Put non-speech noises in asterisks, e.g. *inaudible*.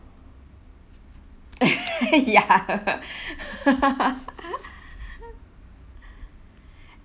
*laughs* ya